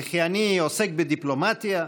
וכי אני עוסק בדיפלומטיה?